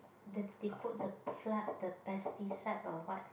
they they put the plant the pesticide or what